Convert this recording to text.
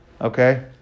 Okay